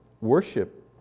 worship